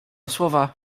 słowa